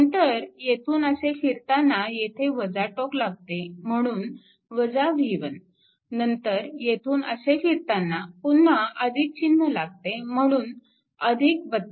नंतर येथून असे फिरताना येथे टोक लागते म्हणून v1 नंतर येथून असे फिरताना पुन्हा चिन्ह लागते म्हणून 32 0